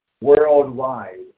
worldwide